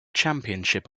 championship